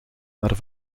maar